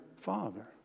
father